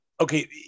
Okay